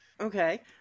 okay